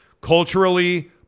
culturally